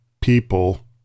people